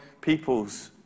peoples